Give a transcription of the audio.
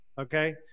okay